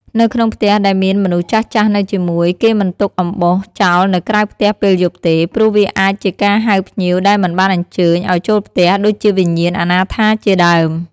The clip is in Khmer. នៅក្នុងផ្ទះដែលមានមនុស្សចាស់ៗនៅជាមួយ គេមិនទុកអំបោសចោលនៅក្រៅផ្ទះពេលយប់ទេ ព្រោះវាអាចជាការហៅភ្ញៀវដែលមិនបានអញ្ជើញឱ្យចូលផ្ទះ ដូចជាវិញ្ញាណអនាថាជាដើម។